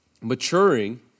maturing